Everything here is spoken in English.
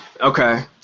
Okay